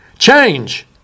Change